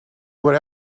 what